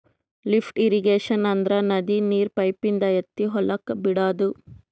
lift irrigation ಅಂದ್ರ ನದಿ ನೀರ್ ಪೈಪಿನಿಂದ ಎತ್ತಿ ಹೊಲಕ್ ಬಿಡಾದು